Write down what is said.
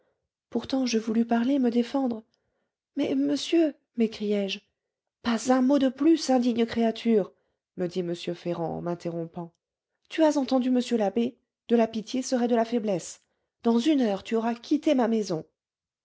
pourtant je voulus parler me défendre mais monsieur m'écriai-je pas un mot de plus indigne créature me dit m ferrand en m'interrompant tu as entendu m l'abbé de la pitié serait de la faiblesse dans une heure tu auras quitté ma maison